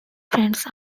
friends